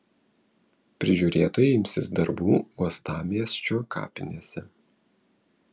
prižiūrėtojai imsis darbų uostamiesčio kapinėse